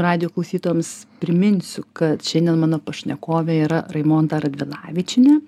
radijo klausytojams priminsiu kad šiandien mano pašnekovė yra raimonda radvilavičienė